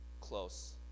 close